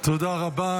תודה רבה.